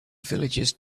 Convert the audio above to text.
villagers